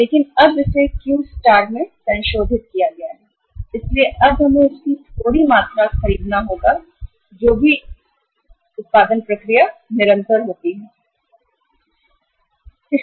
लेकिन अब इसे क्यू स्टार में संशोधित किया गया है इसलिए अब हमें खरीदना होगा जो भी उत्पादन प्रक्रिया निरंतर होती है उसकी थोड़ी मात्रा